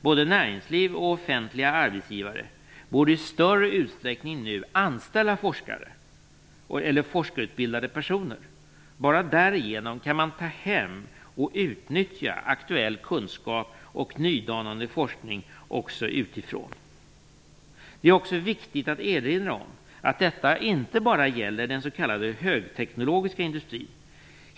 Både näringsliv och offentliga arbetsgivare borde i större utsträckning än nu anställa forskare eller forskarutbildade personer; bara därigenom kan man ta hem och utnyttja aktuell kunskap och nydanande forskning också utifrån. Det är också viktigt att erinra om att detta inte bara gäller den s.k. högteknologiska industrin.